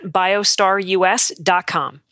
biostarus.com